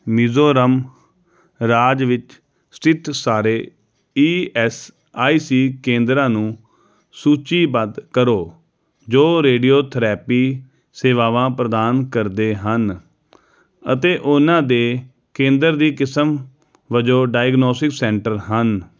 ਮਿਜ਼ੋਰਮ ਰਾਜ ਵਿੱਚ ਸਥਿਤ ਸਾਰੇ ਈ ਐੱਸ ਆਈ ਸੀ ਕੇਂਦਰਾਂ ਨੂੰ ਸੂਚੀਬੱਧ ਕਰੋ ਜੋ ਰੇਡੀਓਥੈਰੇਪੀ ਸੇਵਾਵਾਂ ਪ੍ਰਦਾਨ ਕਰਦੇ ਹਨ ਅਤੇ ਉਹਨਾਂ ਦੇ ਕੇਂਦਰ ਦੀ ਕਿਸਮ ਵਜੋਂ ਡਾਇਗਨੌਸਟਿਕ ਸੈਂਟਰ ਹਨ